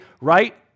right